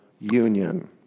union